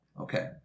Okay